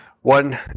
one